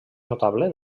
notable